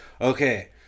Okay